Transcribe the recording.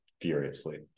furiously